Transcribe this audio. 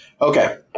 Okay